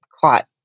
caught